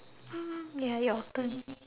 ya your turn